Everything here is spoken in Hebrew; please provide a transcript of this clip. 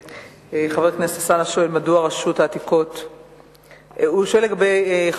חבר הכנסת טלב אלסאנע שאל את שרת התרבות והספורט ביום ד' בסיוון